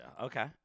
Okay